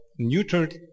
neutered